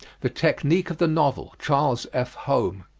the technique of the novel, charles f. home.